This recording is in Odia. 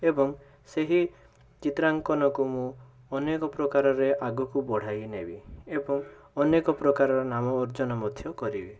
ଏବଂ ସେହି ଚିତ୍ରାଙ୍କନକୁ ମୁଁ ଅନେକ ପ୍ରକାରରେ ଆଗକୁ ବଢ଼ାଇ ନେବି ଏବଂ ଅନେକ ପ୍ରକାରର ନାମ ଅର୍ଜନ ମଧ୍ୟ କରିବି